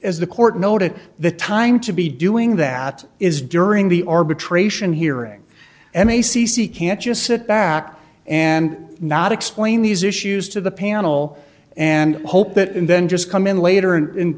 as the court noted the time to be doing that is during the arbitration hearing m e c c can't just sit back and not explain these issues to the panel and hope that and then just come in later